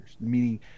meaning